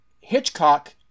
Hitchcock